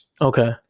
okay